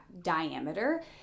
diameter